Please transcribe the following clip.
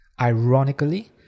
Ironically